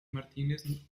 martínez